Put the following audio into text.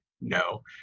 no